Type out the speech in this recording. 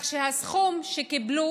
הסכום שהם קיבלו